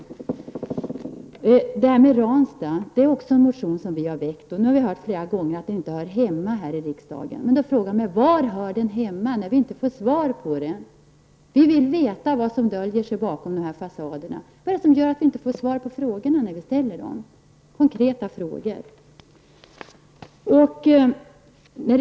När det gäller Ranstad har vi också väckt en motion. Nu har vi hört flera gånger att den inte hör hemma här i riksdagen, men då frågar jag mig: Var hör den hemma? Vi vill veta vad som döljer sig bakom de här fasaderna. Vad är det som gör att vi inte får svar på konkreta frågor som vi ställer?